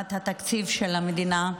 בהצעת התקציב של המדינה,